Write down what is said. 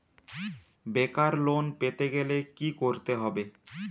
বেকার লোন পেতে গেলে কি করতে হবে?